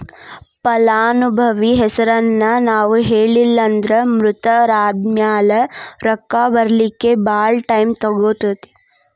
ಫಲಾನುಭವಿ ಹೆಸರನ್ನ ನಾವು ಹೇಳಿಲ್ಲನ್ದ್ರ ಮೃತರಾದ್ಮ್ಯಾಲೆ ರೊಕ್ಕ ಬರ್ಲಿಕ್ಕೆ ಭಾಳ್ ಟೈಮ್ ತಗೊತೇತಿ